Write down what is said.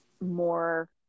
more